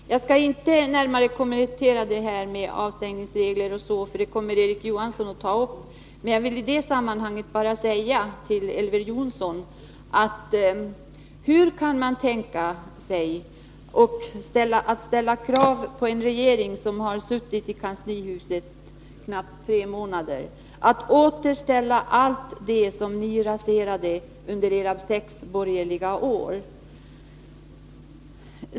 Herr talman! Jag skall inte närmare kommentera avstängningsregler m.m., eftersom Erik Johansson kommer att beröra detta. Elver Jonsson vill jag bara fråga hur man kan ställa kravet på en regering som suttit i kanslihuset knappt tre månader att den skall ha hunnit reparera allt det som ni raserade under era sex borgerliga år.